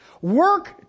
Work